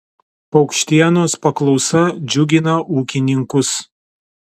paukštienos paklausa džiugina ūkininkus